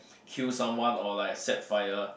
kill someone or like set fire